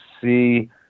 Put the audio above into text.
see